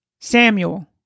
Samuel